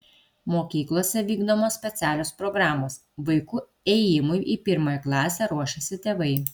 mokyklose vykdomos specialios programos vaikų ėjimui į pirmąją klasę ruošiasi tėvai